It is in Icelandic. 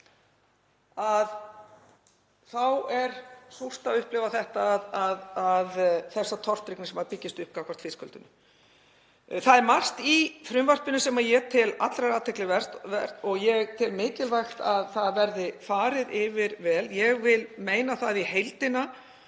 þá er súrt að upplifa þessa tortryggni sem byggist upp gagnvart fiskeldinu. Það er margt í frumvarpinu sem ég tel allrar athygli vert og ég tel mikilvægt að það verði farið vel yfir það. Ég vil meina að í heildina,